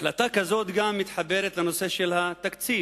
החלטה כזאת מתחברת גם לנושא התקציב.